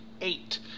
eight